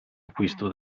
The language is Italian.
acquisto